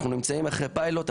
אנחנו נמצאים אחרי פיילוט,